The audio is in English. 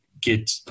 get